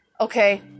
Okay